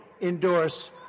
endorse